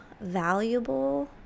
valuable